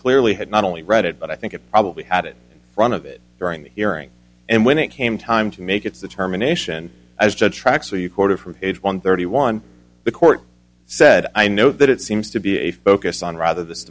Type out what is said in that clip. clearly had not only read it but i think it probably had it front of it during the hearing and when it came time to make its determination as judge tracks for you quarter from page one thirty one the court said i know that it seems to be a focus on rather th